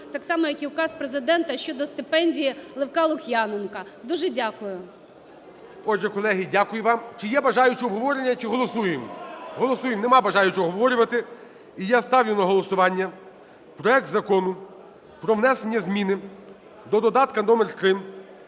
так само як і Указ Президента щодо стипендії Левка Лук'яненка. Дуже дякую. ГОЛОВУЮЧИЙ. Отже, колеги, дякую вам. Чи є бажаючі обговорення чи голосуємо? Голосуємо. Нема бажаючих обговорювати. І я ставлю на голосування проект Закону про внесення зміни до додатка № 3